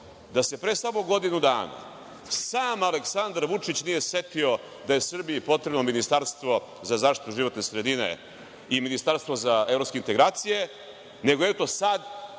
da se pre samo godinu dana, sam Aleksandar Vučić, nije setio da je Srbiji potrebno ministarstvo za zaštitu životne sredine i ministarstvo za evropske integracije, nego, eto sad